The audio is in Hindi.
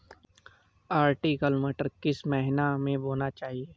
अर्किल मटर किस महीना में बोना चाहिए?